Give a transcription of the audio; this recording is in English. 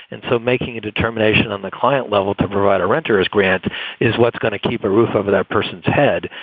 and so making a determination on the client level to provide a renters grant is what's going to keep a roof over that person's head.